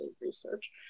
research